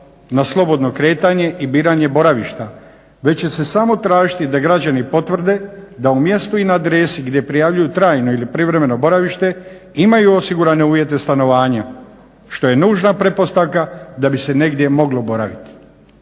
na slobodno kretanje i biranje boravišta već će se samo tražiti da građani potvrde da u mjestu i na adresi gdje prijavljuju trajno ili privremeno boravište imaju osigurane uvjete stanovanja što je nužna pretpostavka da bi se negdje moglo boraviti.